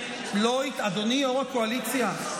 אדוני יו"ר הקואליציה,